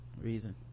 reason